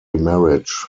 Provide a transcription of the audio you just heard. marriage